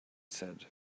said